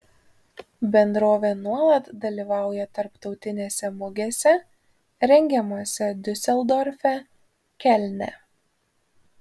bendrovė nuolat dalyvauja tarptautinėse mugėse rengiamose diuseldorfe kelne